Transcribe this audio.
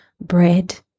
bread